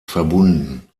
verbunden